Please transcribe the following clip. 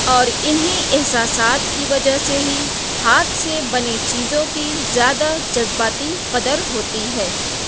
اور انہیں احساسات کی وجہ سے ہی ہاتھ سے بنی چیزوں کی زیادہ جذباتی قدر ہوتی ہے